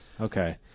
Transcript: Okay